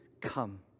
come